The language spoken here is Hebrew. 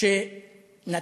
לסיים.